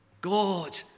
God